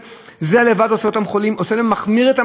ההשפעה על הסביבה היא דרמטית.